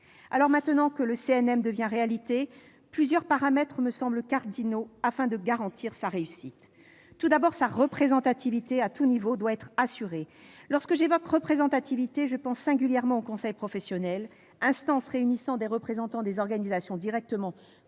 usagers. Maintenant que le CNM devient réalité, plusieurs paramètres me semblent cardinaux afin de garantir sa réussite. Tout d'abord, sa représentativité, à tous niveaux, doit être assurée. Je pense singulièrement au conseil professionnel, « instance réunissant des représentants des organisations directement concernées